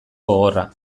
gogorra